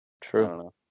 True